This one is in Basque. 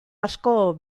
asko